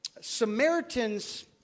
Samaritans